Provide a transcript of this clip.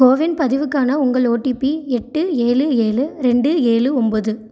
CoWIN பதிவுக்கான உங்கள் OTP எட்டு ஏழு ஏழு ரெண்டு ஏழு ஒம்பது